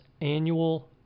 annual